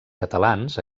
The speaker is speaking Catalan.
catalans